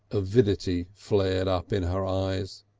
avidity flared up in her eyes.